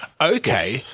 Okay